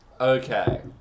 Okay